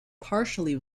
partially